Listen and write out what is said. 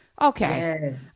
Okay